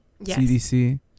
CDC